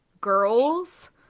girls